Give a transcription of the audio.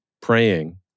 praying